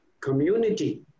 community